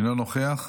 אינו נוכח.